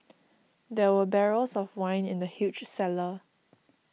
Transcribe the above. there were barrels of wine in the huge cellar